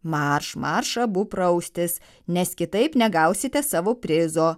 marš marš abu praustis nes kitaip negausite savo prizo